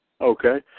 Okay